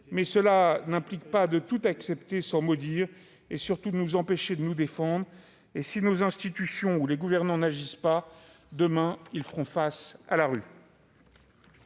Mais cela n'implique pas de tout accepter sans mot dire et, surtout, de nous priver de nous défendre. Si nos institutions et les gouvernants n'agissent pas, demain ils feront face à la rue.